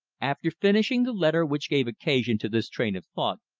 after finishing the letter which gave occasion to this train of thought,